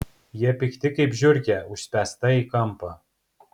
jie pikti kaip žiurkė užspęsta į kampą